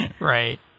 Right